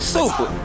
Super